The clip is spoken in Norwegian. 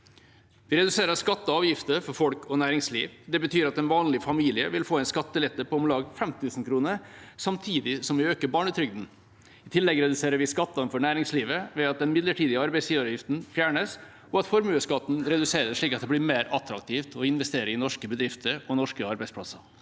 Vi reduserer skatter og avgifter for folk og næringsliv. Det betyr at en vanlig familie vil få en skattelette på om lag 5 000 kr, samtidig som vi øker barnetrygden. I tillegg reduserer vi skattene for næringslivet ved at den midlertidige arbeidsgiveravgiften fjernes og at formuesskatten reduseres, slik at det blir mer attraktivt å investere i norske bedrifter og norske arbeidsplasser.